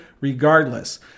regardless